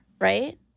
right